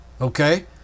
Okay